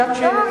חשבתי שאת, לא.